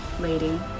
lady